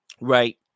right